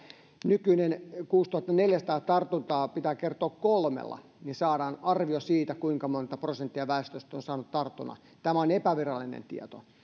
nykyinen kuusituhattaneljäsataa tartuntaa pitää kertoa kolmella niin saadaan arvio siitä kuinka monta prosenttia väestöstä on saanut tartunnan tämä on epävirallinen tieto